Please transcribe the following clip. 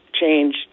change